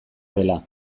dela